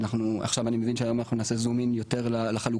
עכשיו אני מבין שהיום אנחנו נעשה זום אין יותר לחלוקה,